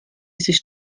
sich